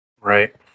Right